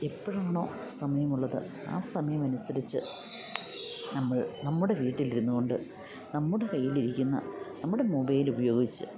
എപ്പഴാണോ സമയമുള്ളത് ആ സമയമനുസരിച്ച് നമ്മൾ നമ്മുടെ വീട്ടിലിരുന്നുകൊണ്ട് നമ്മുടെ കയ്യിലിരിക്കുന്ന നമ്മുടെ മൊബൈല് ഉപയോഗിച്ച്